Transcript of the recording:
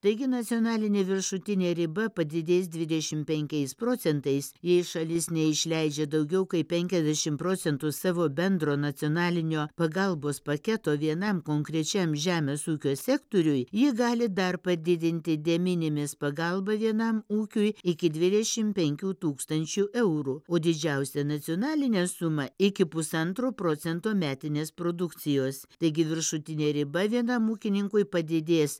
taigi nacionalinė viršutinė riba padidės dvidešimt penkiais procentais jei šalis neišleidžia daugiau kaip penkiasdešimt procentų savo bendro nacionalinio pagalbos paketo vienam konkrečiam žemės ūkio sektoriui jį gali dar padidinti deminimis pagalba vienam ūkiui iki dvidešimt penkių tūkstančių eurų o didžiausia nacionalinė suma iki pusantro procento metinės produkcijos taigi viršutinė riba vienam ūkininkui padidės